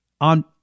on